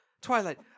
Twilight